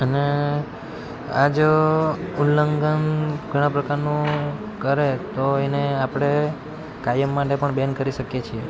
અને આ જો ઉલ્લંઘન ઘણા પ્રકારનું કરે તો એને આપણે કાયમ માટે પણ બેન કરી શકીએ છીએ